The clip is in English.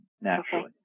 naturally